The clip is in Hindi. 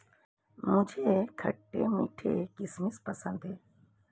मुझे खट्टे मीठे किशमिश पसंद हैं